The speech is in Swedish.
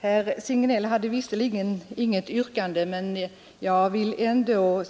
Herr talman! Herr Signell framställde visserligen inget yrkande, men jag vill ändå